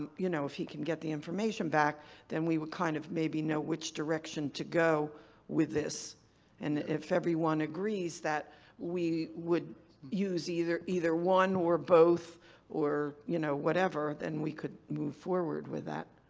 you know, if he can get the information back then we would kind of maybe know which direction to go with this and if everyone agrees that we would use either either one or both or you know whatever, then we could move forward with that.